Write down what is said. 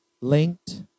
linked